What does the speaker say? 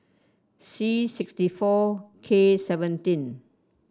c sixty four K seventeen